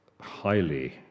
highly